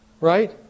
Right